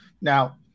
Now